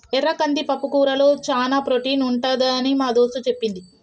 ఎర్ర కంది పప్పుకూరలో చానా ప్రోటీన్ ఉంటదని మా దోస్తు చెప్పింది